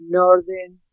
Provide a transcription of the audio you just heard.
northern